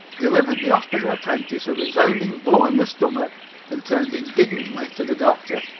delivered the hospital apprentice a resounding blow in the stomach and turned indignantly to the doctor.